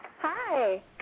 Hi